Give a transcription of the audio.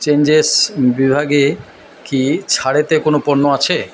changes বিভাগে কি ছাড়েতে কোনো পণ্য আছে